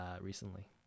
recently